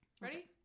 ready